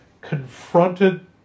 confronted